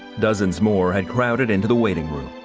dozens more had crowded into the waiting room.